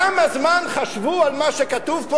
כמה זמן חשבו על מה שכתוב פה,